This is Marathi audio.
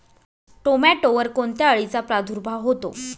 टोमॅटोवर कोणत्या अळीचा प्रादुर्भाव होतो?